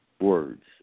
words